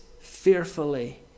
fearfully